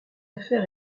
affaire